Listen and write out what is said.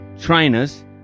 trainers